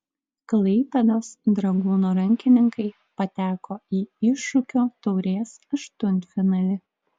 klaipėdos dragūno rankininkai pateko į iššūkio taurės aštuntfinalį